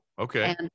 okay